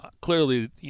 Clearly